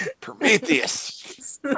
Prometheus